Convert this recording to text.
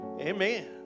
Amen